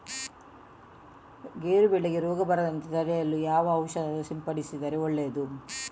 ಗೇರು ಬೆಳೆಗೆ ರೋಗ ಬರದಂತೆ ತಡೆಯಲು ಯಾವ ಔಷಧಿ ಸಿಂಪಡಿಸಿದರೆ ಒಳ್ಳೆಯದು?